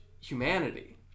humanity